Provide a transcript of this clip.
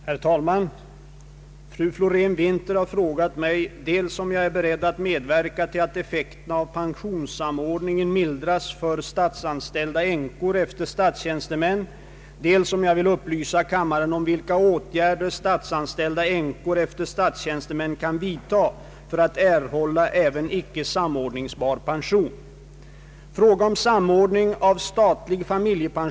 Herr talman! Fru Florén-Winther har frågat mig dels om jag är beredd att medverka till att effekterna av pensionssamordningen mildras för statsanställda änkor efter statstjänstemän, dels om jag vill upplysa kammaren om vilka åtgärder statsanställda änkor efter statstjänstmän kan vidta för att erhålla även icke samordningsbar pension.